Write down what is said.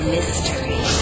Mystery